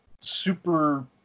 Super